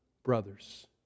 Brothers